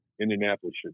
Indianapolis